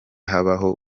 habaho